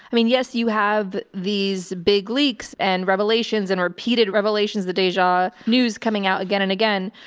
i mean, yes, you have these big leaks and revelations and repeated revelations, the deja news coming out again and again,